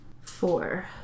Four